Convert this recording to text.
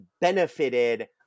benefited